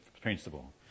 principle